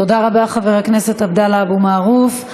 תודה רבה, חבר הכנסת עבדאללה אבו מערוף.